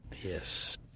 Yes